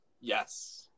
Yes